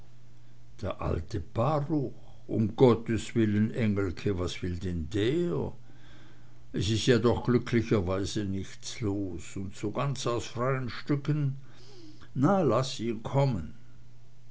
der alte baruch um gottes willen engelke was will denn der es ist ja doch glücklicherweise nichts los und so ganz aus freien stücken na laß ihn kommen